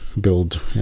build